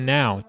now